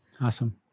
Awesome